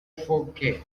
forget